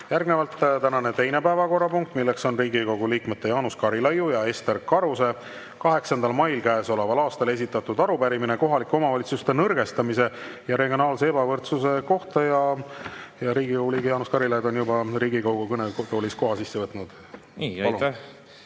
Järgnevalt tänane teine päevakorrapunkt, Riigikogu liikmete Jaanus Karilaiu ja Ester Karuse 8. mail käesoleval aastal esitatud arupärimine kohalike omavalitsuste nõrgestamise ja regionaalse ebavõrdsuse kohta. Hea Riigikogu liige Jaanus Karilaid on juba Riigikogu kõnetoolis koha sisse võtnud. Palun!